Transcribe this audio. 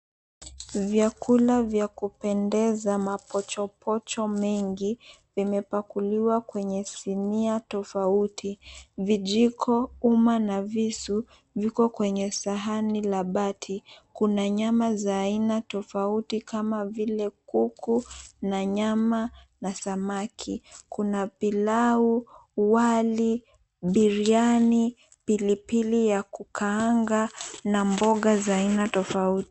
Vyakula vya kupendeza, mapochopocho mengi vimepakuliwa kwenye sinia tofauti vijiko, umma na visu viko kwenye sahani la bati kuna nyama za aina tofauti kama vile kuku, na nyama na samaki, kuna pilau, wali, biriyani, pilipili ya kukaanga na mboga za aina tofauti.